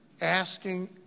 asking